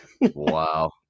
wow